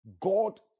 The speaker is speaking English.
God